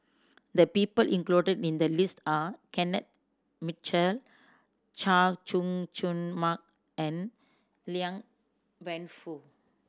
the people included in the list are Kenneth Mitchell Chay Jung Jun Mark and Liang Wenfu